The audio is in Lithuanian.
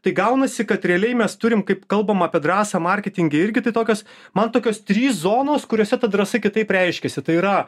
tai gaunasi kad realiai mes turim kaip kalbam apie drąsą marketinge irgi tai tokios man tokios trys zonos kuriose ta drąsa kitaip reiškiasi tai yra